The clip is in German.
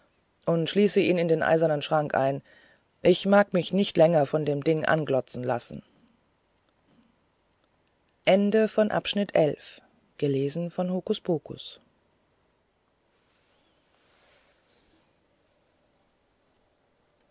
und schließe ihn in den eisernen schrank ein ich mag mich nicht länger von dem ding anglotzen lassen